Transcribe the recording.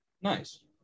nice